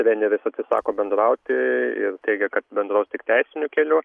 treneris atsisako bendrauti ir teigia kad bendraus tik teisiniu keliu